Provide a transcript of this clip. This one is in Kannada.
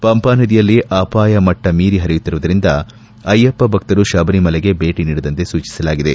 ಪಂಪಾನದಿಯಲ್ಲಿ ಅಪಾಯ ಮಟ್ಟ ಮೀರಿ ಹರಿಯುತ್ತಿರುವುದರಿಂದ ಅಯ್ಯಪ್ಪ ಭಕ್ತರು ಶಬರಿಮಲೆಗೆ ಭೇಟ ನೀಡದಂತೆ ಸೂಚಿಸಲಾಗಿದೆ